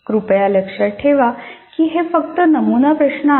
कृपया लक्षात ठेवा की हे फक्त नमूना प्रश्न आहेत